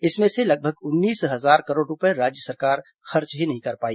इसमें से लगभग उन्नीस हजार करोड़ रूपये राज्य सरकार खर्च ही नहीं कर पाई